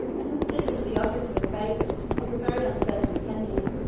and considering that the office of a favourite has a very uncertain tenure,